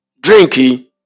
Drinky